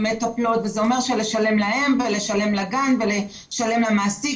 אני מתנצל, גבירתי,